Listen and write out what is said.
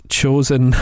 chosen